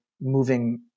moving